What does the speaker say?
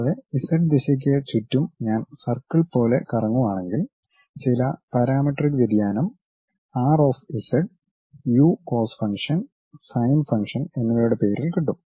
കൂടാതെ ഇസഡ് ദിശക്ക് ചുറ്റും ഞാൻ സർക്കിൾ പോലെ കറങ്ങുവാണെങ്കിൽ ചില പരമെട്രിക് വ്യതിയാനം R of Z U cos function sine function എന്നിവയുടെ പേരിൽ കിട്ടും